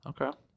Okay